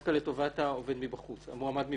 דווקא לטובת המועמד מבחוץ.